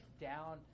down